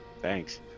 Thanks